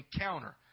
encounter